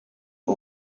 ati